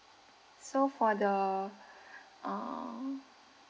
so for the err